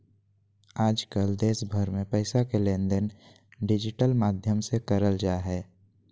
आजकल देश भर मे पैसा के लेनदेन डिजिटल माध्यम से करल जा हय